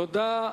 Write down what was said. תודה.